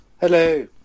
Hello